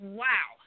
wow